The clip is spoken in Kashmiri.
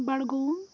بَڈگوم